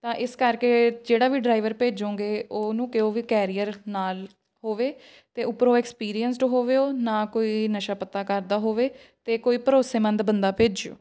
ਤਾਂ ਇਸ ਕਰਕੇ ਜਿਹੜਾ ਵੀ ਡਰਾਈਵਰ ਭੇਜੋਂਗੇ ਉਹਨੂੰ ਕਿਹੋ ਵੀ ਕੈਰੀਅਰ ਨਾਲ ਹੋਵੇ ਅਤੇ ਉੱਪਰੋਂ ਐਕਸਪੀਰੀਅੰਸਡ ਹੋਵੇ ਉਹ ਨਾ ਕੋਈ ਨਸ਼ਾ ਪੱਤਾ ਕਰਦਾ ਹੋਵੇ ਅਤੇ ਕੋਈ ਭਰੋਸੇਮੰਦ ਬੰਦਾ ਭੇਜਿਓ